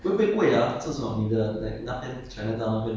!aiya! we only have one life eh